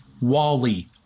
Wally